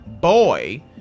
boy